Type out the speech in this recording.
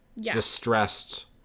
distressed